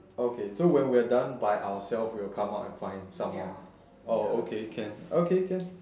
okay so when we're done by ourselves we'll come out and find someone oh okay can okay can